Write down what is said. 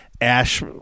Ash